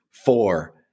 Four